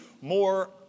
more